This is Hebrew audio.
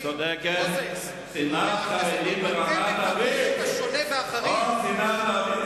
חבר הכנסת מוזס, השונה והחריג רבותי חברי